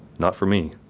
not for me.